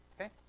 Okay